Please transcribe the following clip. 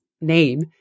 name